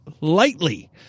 lightly